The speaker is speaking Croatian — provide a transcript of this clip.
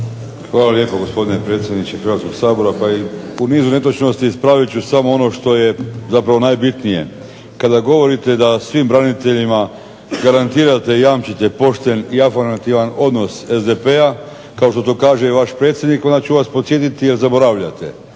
Hvala lijepo gospodine predsjedniče Hrvatskog sabora. Pa u nizu netočnosti ispravit ću samo ono što je zapravo najbitnije. Kada govorite da svim braniteljima garantirate i jamčite pošten i afirmativan odnos SDP-a kao što to kaže i vaš predsjednik onda ću vas podsjetiti jer zaboravljate